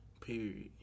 period